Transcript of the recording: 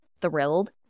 thrilled